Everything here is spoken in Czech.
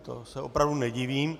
To se opravdu nedivím.